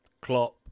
Klopp